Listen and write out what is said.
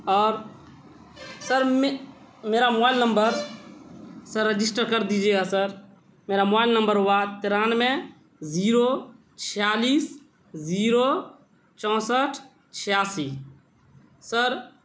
اور سر میرا mobile number sir register کر دیجیے گا سر میرا موبائل نمبر ہوا ترانوے زیرو چھیالیس زیرو چونسٹھ چھیاسی سر